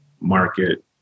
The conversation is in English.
market